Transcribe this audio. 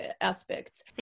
aspects